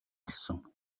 болсон